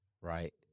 right